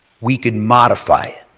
we could modify it.